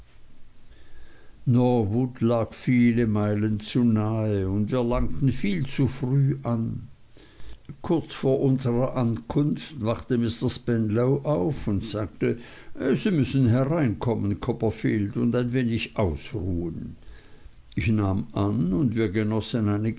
norwood lag viele meilen zu nahe und wir langten viel zu früh an kurz vor unserer ankunft wachte mr spenlow auf und sagte sie müssen hereinkommen copperfield und ein wenig ausruhen ich nahm an und wir genossen